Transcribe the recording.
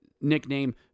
nickname